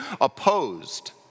opposed